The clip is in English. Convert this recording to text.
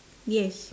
yes